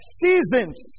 seasons